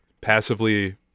passively